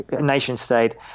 nation-state